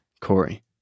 Corey